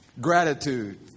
Gratitude